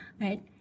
Right